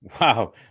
Wow